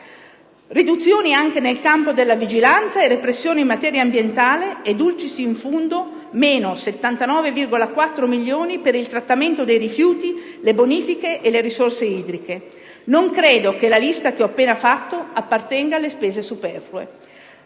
riduzioni anche nel campo della vigilanza e repressioni in materia ambientale e, *dulcis in fundo,* meno 79,4 milioni di euro per il trattamento dei rifiuti, le bonifiche e le risorse idriche. Non credo che la lista che ho appena fatto appartenga alle spese superflue.